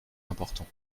important